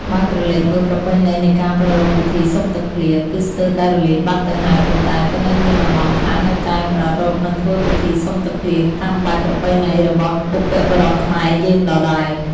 បើក្រឡេកមើលប្រពៃណីនៃការប្រារព្ធពិធីសុំទឹកភ្លៀង គឺស្ទើរតែរលាយបាត់ទៅហើយ ប៉ុន្តែ ក៏នៅមានតំបន់ខ្លះនៅតែប្រារព្ធ និងធ្វើពិធីសុំទឹកភ្លៀងតាមបែបប្រពៃណីរបស់បុព្វបុរសខ្មែរយើងដដែល។